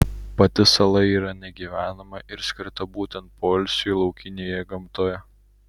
pati sala yra negyvenama ir skirta būtent poilsiui laukinėje gamtoje